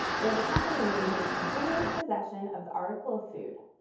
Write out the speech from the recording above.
where the company maintains continuous possession of the article of food.